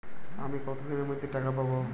আমি কতদিনের মধ্যে টাকা পাবো?